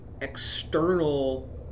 external